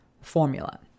formula